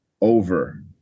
over